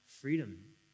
freedom